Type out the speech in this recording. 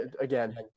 again